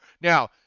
now